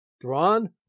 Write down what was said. drawn